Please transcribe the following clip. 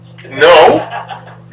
No